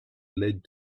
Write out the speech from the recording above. led